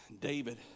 David